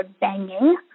banging